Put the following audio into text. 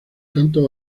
tantos